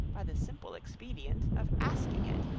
by the simple expedient of asking it,